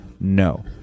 no